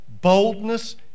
Boldness